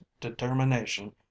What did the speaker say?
determination